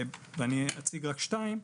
אציג רק שתיים.